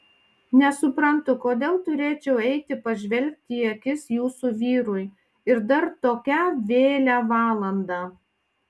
nesuprantu kodėl turėčiau eiti pažvelgti į akis jūsų vyrui ir dar tokią vėlią valandą